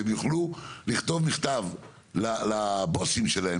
והם יוכלו לכתוב מכתב לבוסים שלהם,